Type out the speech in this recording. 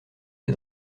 des